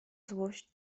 złość